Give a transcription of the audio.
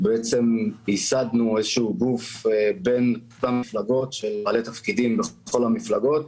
ייסדנו גוף של בעלי תפקידים בכל המפלגות,